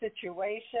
situation